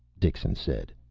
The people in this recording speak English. dixon said.